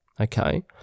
okay